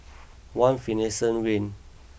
One Finlayson Green